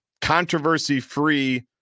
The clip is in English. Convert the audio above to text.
controversy-free